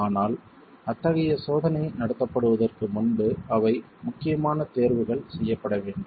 ஆனால் அத்தகைய சோதனை நடத்தப்படுவதற்கு முன்பு அவை முக்கியமான தேர்வுகள் செய்யப்படவேண்டும்